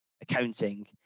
accounting